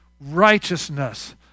righteousness